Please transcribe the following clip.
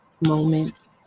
moments